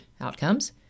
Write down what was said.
outcomes